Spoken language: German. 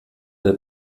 der